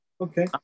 Okay